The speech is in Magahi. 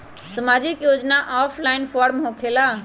समाजिक योजना ऑफलाइन फॉर्म होकेला?